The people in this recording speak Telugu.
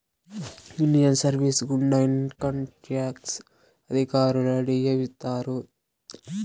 ఇండియన్ సర్వీస్ గుండా ఇన్కంట్యాక్స్ అధికారులను నియమిత్తారు